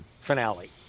finale